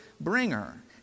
bringer